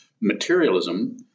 materialism